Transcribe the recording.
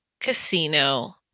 casino